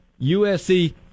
usc